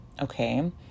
okay